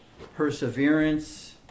perseverance